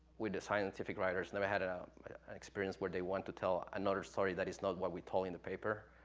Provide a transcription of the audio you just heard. with the scientific writers, never had an um an experience where they want to tell another story that is not what we told in the paper,